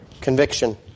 Conviction